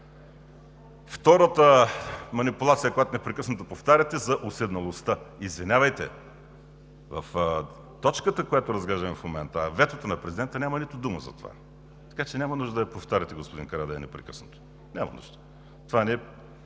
Втората манипулация, която непрекъснато повтаряте – за уседналостта. Извинявайте, в точката, която разглеждаме в момента – ветото на президента, няма нито дума за това. Така че няма нужда да я повтаряте непрекъснато, господин Карадайъ, няма нужда. Това не е